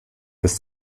bis